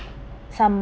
some